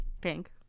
Pink